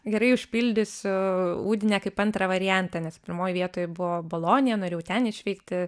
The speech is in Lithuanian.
gerai užpildysiu udinę kaip antrą variantą nes pirmoj vietoj buvo bolonija norėjau ten išvykti